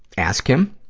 ask him